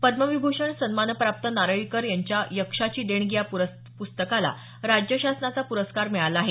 पद्मविभूषण सन्मानप्राप्त नारळीकर यांच्या यक्षाची देणगी या पुस्तकाला राज्य शासनाचा पुरस्कार मिळाला आहे